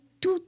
tout